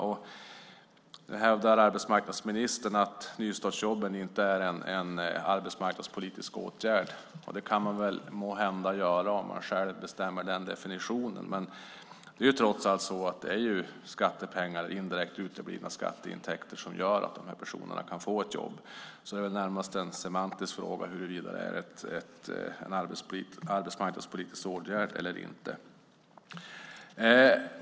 Och nu hävdar arbetsmarknadsministern att nystartsjobben inte är en arbetsmarknadspolitisk åtgärd. Det kan man väl måhända göra om man själv bestämmer definitionen. Men det är trots allt indirekt uteblivna skatteintäkter som gör att de här personerna kan få ett jobb. Det är väl närmast en semantisk fråga huruvida det är en arbetsmarknadspolitisk åtgärd eller inte.